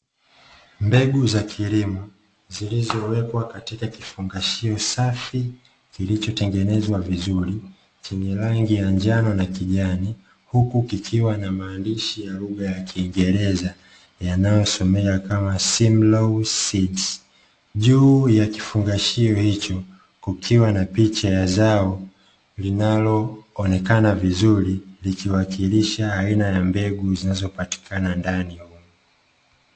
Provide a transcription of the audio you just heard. Mbegu za kilimo, zilizowekwa katika kifungashio safi, kilichotengenezwa vizuri chenye rangi ya njano na kijani, huku kikiwa na maandishi ya lugha ya kiingereza, yanayosomeka kama "Simlow Seeds". Juu ya kifungashio hicho, kukiwa na picha ya zao linaloonekana vizuri, likiwakilisha aina ya mbegu zinazopatikana ndani.